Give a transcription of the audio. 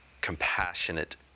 compassionate